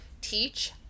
teach